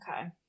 okay